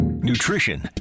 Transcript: Nutrition